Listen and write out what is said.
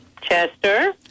Chester